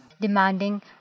Demanding